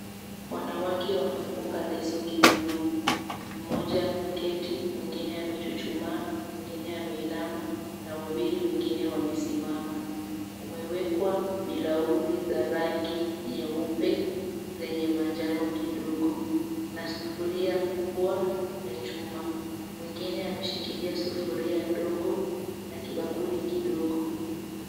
Wanawake wamefunga leso kiunoni. Mmoja ameketi, mwingine amechuchumaa, mwingine ameinama, na wawili wengine wamesimama. Kumewekwa bilauri za rangi nyeupe, zenye manjano kidogo, na sufuria kubwa ya chuma. Mwingine ameshikilia sufuria ndogo, na kibakuli kidogo.